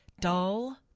dull